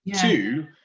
two